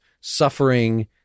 suffering